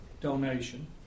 donation